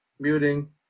Muting